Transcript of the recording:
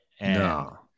No